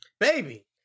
Baby